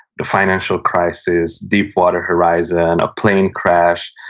the financial crisis, deep water horizon, a plane crash,